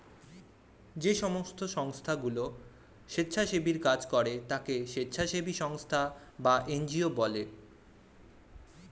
যেই সমস্ত সংস্থাগুলো স্বেচ্ছাসেবীর কাজ করে তাকে স্বেচ্ছাসেবী সংস্থা বা এন জি ও বলে